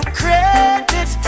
credit